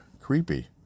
creepy